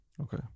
Okay